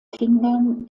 kindern